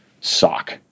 sock